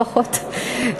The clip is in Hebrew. לפחות,